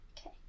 Okay